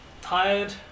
Tired